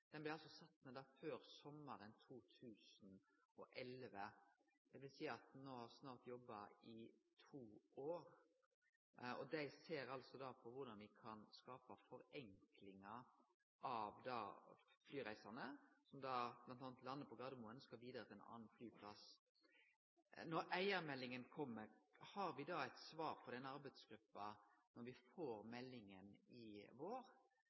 Den blei sett ned før sommaren 2011, dvs. at den no har jobba i snart to år. Dei ser altså på korleis me kan skape forenklingar for flyreisande som bl.a. landar på Gardermoen og skal vidare til ein annan flyplass. Når det gjeld eigarmeldinga, har me da eit svar frå denne arbeidsgruppa når me får meldinga i vår?